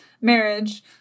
marriage